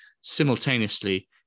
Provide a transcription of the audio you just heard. simultaneously